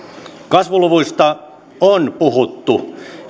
kasvuluvuista on puhuttu